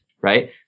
right